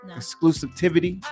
exclusivity